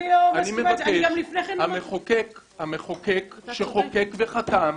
המחוקק שחוקק וחתם,